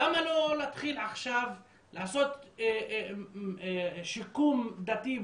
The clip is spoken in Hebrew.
למה לא להתחיל עכשיו לעשות שיקום דתי,